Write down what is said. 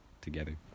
together